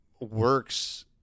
works